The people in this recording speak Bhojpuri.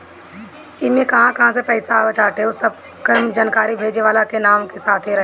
इमे कहां कहां से पईसा आवताटे उ सबकर जानकारी भेजे वाला के नाम के साथे रहेला